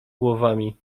głowami